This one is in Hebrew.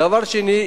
דבר שני,